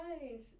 guys